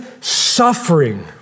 suffering